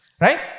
Right